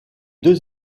deux